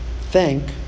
thank